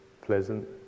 pleasant